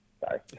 Sorry